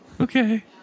Okay